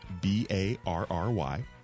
B-A-R-R-Y